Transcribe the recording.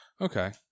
Okay